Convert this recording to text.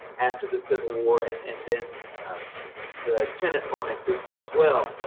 after the civil war and and then the tenant farming system as well.